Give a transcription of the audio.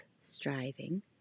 striving